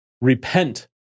Repent